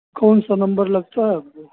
कौन सा नम्बर लगता है आपको